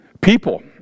People